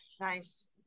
nice